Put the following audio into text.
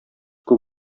күп